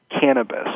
cannabis